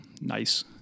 nice